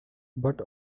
but